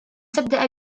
تبدأ